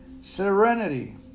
Serenity